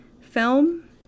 film